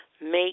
Make